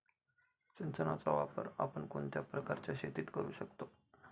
सिंचनाचा वापर आपण कोणत्या प्रकारच्या शेतीत करू शकतो?